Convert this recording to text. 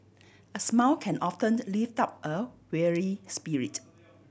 a smile can often lift up a weary spirit